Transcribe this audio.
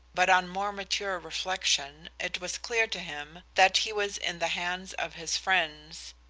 but on more mature reflection it was clear to him that he was in the hands of his friends,